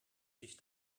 sich